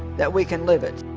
that we can live it